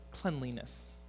cleanliness